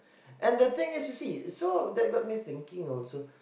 and the thing is you see that got me thinking also